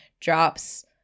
drops